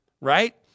right